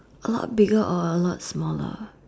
a lot bigger or a lot smaller